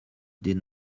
did